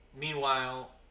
meanwhile